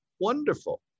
wonderful